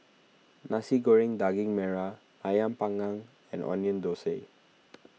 Nasi Goreng Daging Merah Ayam Panggang and Onion Thosai